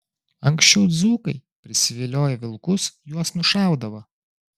anksčiau dzūkai prisivilioję vilkus juos nušaudavo